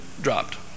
dropped